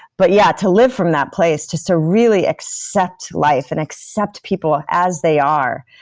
but yeah, to live from that place, just to really accept life and accept people as they are,